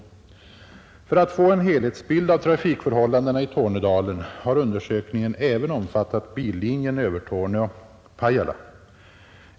För att få en helhetsbild av trafikförhållandena i Tornedalen har undersökningen även omfattat billinjen Övertorneå—Pajala.